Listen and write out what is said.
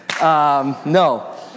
No